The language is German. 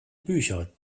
bücher